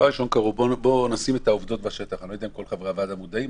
אני לא יודע אם כל חברי הוועדה מודעים,